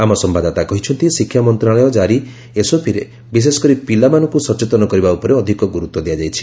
ଆମ ସମ୍ଭାଦଦାତା କହିଛନ୍ତି ଶିକ୍ଷାମନ୍ତ୍ରଣାଳୟ କାରି ଏସଓପିରେ ବିଶେଷକରି ପିଲାମାନଙ୍କୁ ସଚେତନ କରିବା ଉପରେ ଅଧିକ ଗୁରୁତ୍ୱ ଦିଆଯାଇଛି